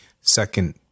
second